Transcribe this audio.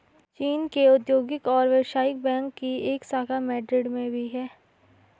चीन के औद्योगिक और व्यवसायिक बैंक की एक शाखा मैड्रिड में भी है